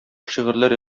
шигырьләр